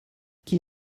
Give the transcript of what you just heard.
qui